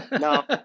No